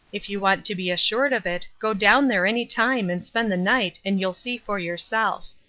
if you want to be assured of it go down there any time and spend the night and you'll see for yourself.